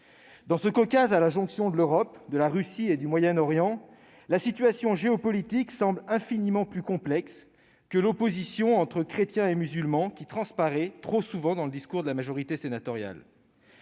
Dans le Caucase, à la jonction de l'Europe, de la Russie et du Moyen-Orient, la situation géopolitique semble infiniment plus complexe que l'opposition entre chrétiens et musulmans qui transparaît trop souvent dans le discours de la majorité sénatoriale.